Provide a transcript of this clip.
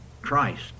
Christ